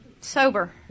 Sober